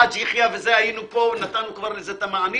חאג' יחיא היה פה, וכבר נתנו לזה את המענים.